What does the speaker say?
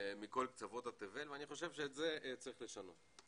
קצוות תבל ואני חושב שאת זה צריך לשנות.